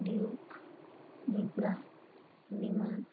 Duke ninja विमान